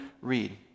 read